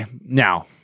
now